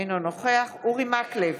אינו נוכח אורי מקלב,